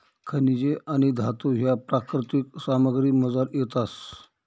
खनिजे आणि धातू ह्या प्राकृतिक सामग्रीमझार येतस